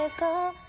go